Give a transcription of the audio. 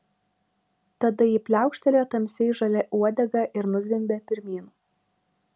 tada ji pliaukštelėjo tamsiai žalia uodega ir nuzvimbė pirmyn